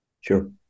Sure